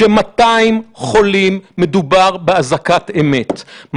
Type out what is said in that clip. ש-200 חולים מדובר באזעקת אמת.